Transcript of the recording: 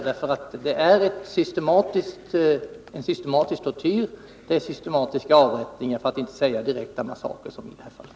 Det förekommer en systematisk tortyr och systematiska avrättningar — för att inte säga direkta massakrer, som i det här fallet.